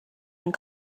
been